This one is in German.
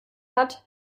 hat